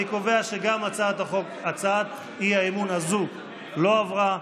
אני קובע שגם הצעת האי-אמון הזו לא עברה.